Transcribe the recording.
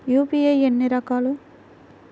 UPI ఎన్ని రకాలు?